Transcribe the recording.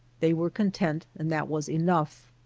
they were content and that was enough.